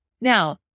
Now